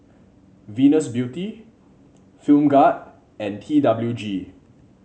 Venus Beauty Film Grade and T W G